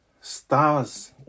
stars